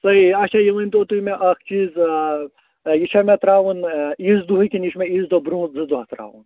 صحیٖح آچھا یہِ ؤنۍ تو تُہۍ مےٚ اَکھ چیٖز ٲں یہِ چھا مےٚ ترٛاوُن ٲں عیٖذ دۄہٕے کِنہٕ یہِ چھُ مےٚ عیٖذ دۄہ برٛۄنٛہہ زٕ دۄہ ترٛاوُن